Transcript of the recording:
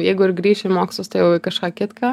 jeigu ir grįšiu į mokslus tai jau kažką kitką